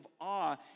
awe